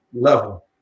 level